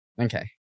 Okay